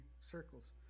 circles